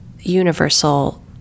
universal